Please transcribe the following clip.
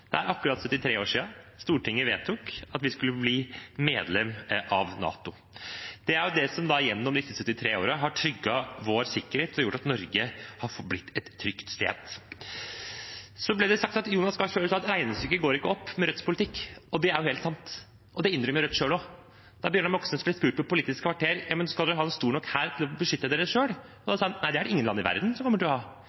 akkurat 73 år siden Stortinget vedtok at vi skulle bli medlem av NATO. Det er det som gjennom disse 73 årene har trygget vår sikkerhet og gjort at Norge har forblitt et trygt sted. Det ble sagt at Jonas Gahr Støre sa at regnestykket ikke går opp med Rødts politikk. Det er jo helt sant, og det innrømmer Rødt selv også. Bjørnar Moxnes ble spurt i Politisk kvarter: Skal dere ha en stor nok hær til å beskytte dere selv? Da